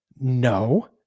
No